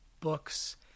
books